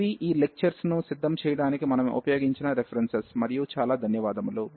ఇవి ఈ లెక్చర్స్ ను సిద్ధం చేయడానికి మనము ఉపయోగించిన రెఫరెన్సెస్ మరియు చాలా ధన్యవాదములు